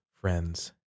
friends